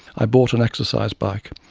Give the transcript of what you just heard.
i bought an exercise bike,